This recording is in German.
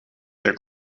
der